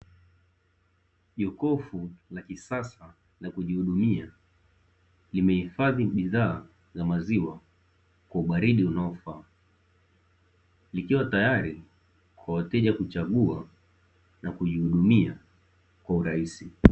Jokofu la kisasa la kujihudumia limehifadhi bidhaa za maziwa kwa ubaridi unaofaa, likiwa tayari kwa wateja kuchagua na kujihudumia kwa urahisi.